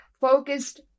focused